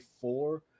four